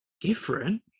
different